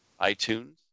iTunes